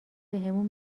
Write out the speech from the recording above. بهمون